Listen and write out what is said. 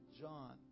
John